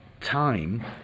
time